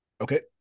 Okay